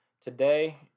today